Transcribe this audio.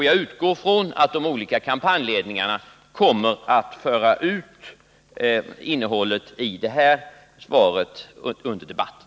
Jag utgår från att de olika kampanjledningarna kommer att föra ut innehållet i svaret från den här debatten.